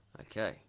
Okay